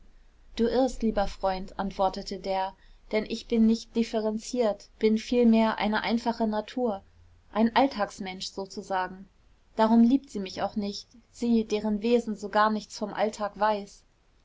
du irrst lieber freund antwortete der denn ich bin nicht differenziert bin vielmehr eine einfache natur ein alltagsmensch sozusagen darum liebt sie mich auch nicht sie deren wesen so gar nichts vom alltag weiß